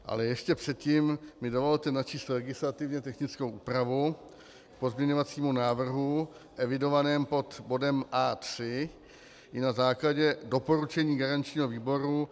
Ale ještě předtím mi dovolte načíst legislativně technickou úpravu k pozměňovacímu návrhu evidovanému pod bodem A3 i na základě doporučení garančního výboru.